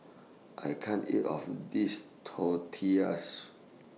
I can't eat All of This Tortillas